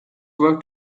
work